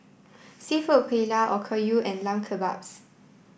Seafood Paella Okayu and Lamb Kebabs